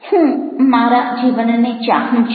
હું મારા જીવનને ચાહું છું